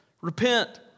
Repent